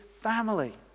family